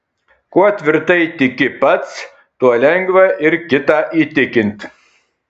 kuo tvirtai tiki pats tuo lengva ir kitą įtikint